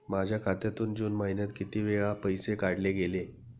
माझ्या खात्यातून जून महिन्यात किती वेळा पैसे काढले गेले?